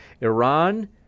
iran